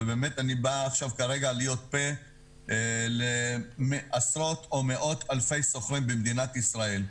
ובאמת אני בא כרגע להיות פה לעשרות או מאות אלפי שוכרים במדינת ישראל.